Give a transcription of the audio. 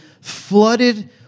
flooded